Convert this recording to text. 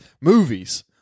Movies